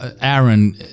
Aaron